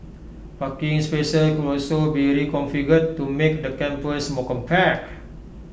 parking spaces could also be reconfigured to make the campus more compact